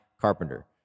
Carpenter